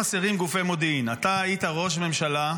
היית ראש ממשלה,